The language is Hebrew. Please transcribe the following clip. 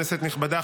כנסת נכבדה,